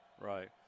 Right